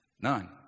None